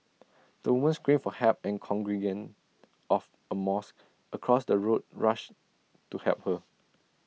the woman screamed for help and congregants of A mosque across the road rushed to help her